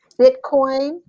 Bitcoin